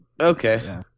Okay